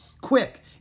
Quick